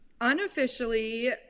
unofficially